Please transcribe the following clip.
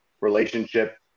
relationship